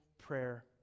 prayer